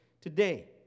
today